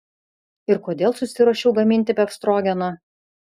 ir kodėl susiruošiau gaminti befstrogeną